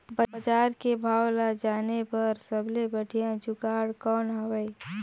बजार के भाव ला जाने बार सबले बढ़िया जुगाड़ कौन हवय?